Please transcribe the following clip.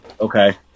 Okay